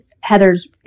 Heather's